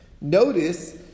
Notice